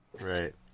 right